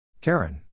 Karen